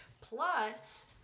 plus